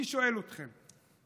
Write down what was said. אני שואל אתכם: